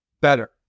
better